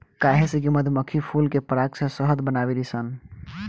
काहे से कि मधुमक्खी फूल के पराग से शहद बनावेली सन